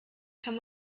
kann